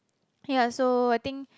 ya so I think